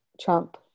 Trump